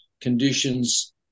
conditions